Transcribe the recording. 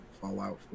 Fallout